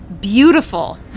beautiful